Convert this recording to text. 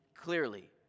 Clearly